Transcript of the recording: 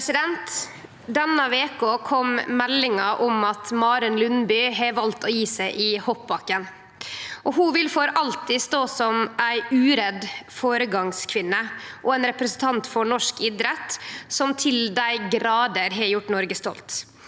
Denne veka kom meldinga om at Maren Lundby har valt å gje seg i hoppbakken. Ho vil for alltid stå som ei uredd føregangskvinne og ein representant for norsk idrett som til dei grader har gjort Noreg stolt.